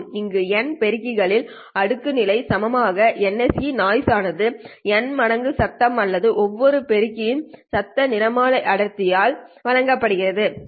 இங்கு N பெருக்கிகள்களின் அடுக்கு நிலை சமமான ASE சத்தம்ஆனது N மடங்கு சத்தம் அல்லது ஒவ்வொரு பெருக்கி இன் சத்தம் நிறமாலை அடர்த்திமூலம் வழங்கப்படுகிறது சரி